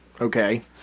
Okay